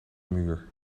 muur